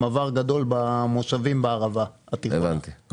עם עבר גדול במושבים בערבה התיכונה.